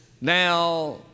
now